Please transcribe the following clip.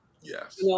Yes